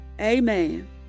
Amen